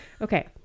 okay